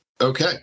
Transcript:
Okay